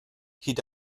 hyd